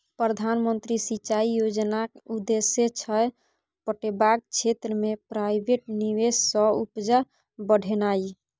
प्रधानमंत्री सिंचाई योजनाक उद्देश्य छै पटेबाक क्षेत्र मे प्राइवेट निबेश सँ उपजा बढ़ेनाइ